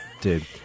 Dude